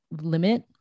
limit